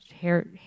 hair